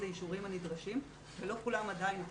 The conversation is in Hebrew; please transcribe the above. לאישורים הנדרשים ולא כולם עדיין יקבלו.